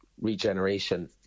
regeneration